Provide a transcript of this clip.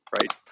right